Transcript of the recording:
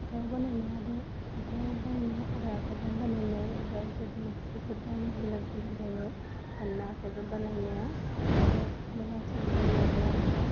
हाथाइयाव बानायनाय आरो हाथाइयाव बायनाय आरो आखाइजों बानायनाय एबा रेडिमेट सिफोर दं बेलेक बेलेक जायो मानोना आखाइजों बानायनाया गोबा मोजांसिन जायो आरो ना आमफ्राय